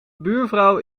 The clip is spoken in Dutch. buurvrouw